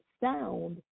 sound